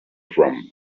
from